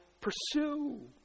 pursue